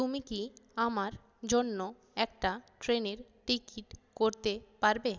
তুমি কি আমার জন্য একটা ট্রেনের টিকিট করতে পারবে